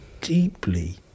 deeply